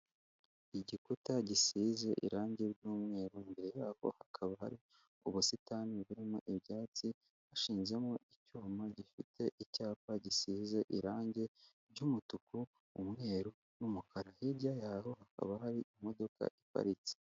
Igikuta gisize irange ry'umweru, imbere yaho hakaba hari ubusitani burimo ibyatsi, hashinzemo icyuma gifite icyapa gisize irange ry'umutuku, umweru n'umukara, hirya yaho hakaba hari imodoka iparitse.